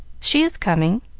she is coming.